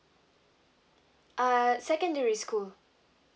uh secondary school